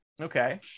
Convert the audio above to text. Okay